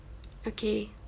okay